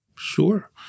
Sure